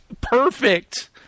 perfect